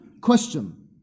question